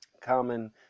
common